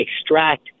extract